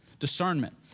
Discernment